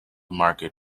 market